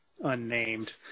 unnamed